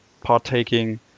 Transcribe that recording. partaking